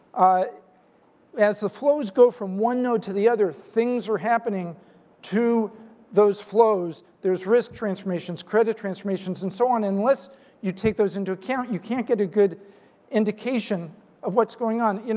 ah as the flows go from one node to the other, things were happening to those flows. there's risk transformations, credit transformations and so on and unless you take those into account, you can't get a good indication of what's going on. you know